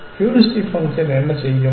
heuristic function என்ன செய்யும்